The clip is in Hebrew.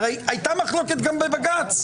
הרי הייתה מחלוקת גם בבג"ץ,